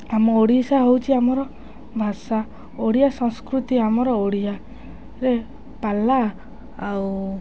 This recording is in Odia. ଆମ ଓଡ଼ିଶା ହେଉଛି ଆମର ଭାଷା ଓଡ଼ିଆ ସଂସ୍କୃତି ଆମର ଓଡ଼ିଆରେ ପାଲା ଆଉ